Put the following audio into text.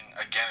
again